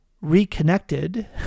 reconnected